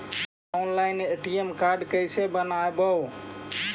Online ATM card कैसे बनाबौ?